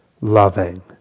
loving